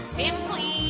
simply